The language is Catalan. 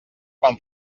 quan